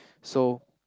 so